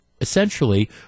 essentially